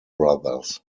brothers